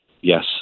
yes